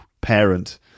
parent